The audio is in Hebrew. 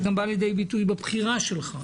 זה גם בא לידי ביטוי בבחירה שלך,